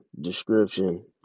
description